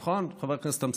נכון, חבר הכנסת אמסלם?